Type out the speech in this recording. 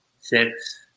six